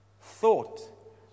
Thought